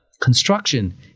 construction